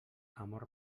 amor